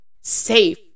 safe